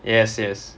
yes yes